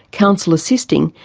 counsel assisting,